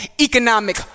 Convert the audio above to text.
economic